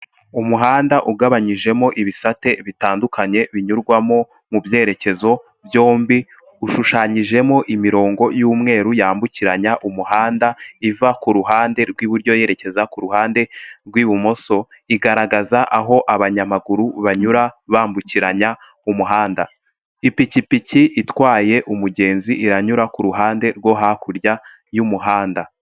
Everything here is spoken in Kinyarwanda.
Umuhanda ugabanyijemo ibisate bitandukanye binyurwamo mubyerekezo byombi, ushushanyijemo imirongo y'umweru yambukiranya umuhanda, iva ku ruhande rw'iburyo yerekeza ku ruhande rw'ibumoso, igaragaza aho abanyamaguru banyura bambukiranya umuhanda. Ipikipiki itwaye umugenzi iranyura ku ruhande rwo hakurya y'umuhanda.